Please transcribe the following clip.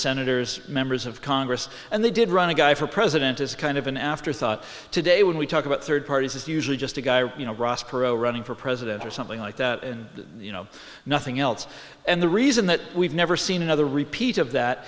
senators members of congress and they did run a guy for president is kind of an afterthought today when we talk about third parties it's usually just a guy you know ross perot running for president or something like that you know nothing else and the reason that we've never seen another repeat of that